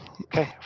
Okay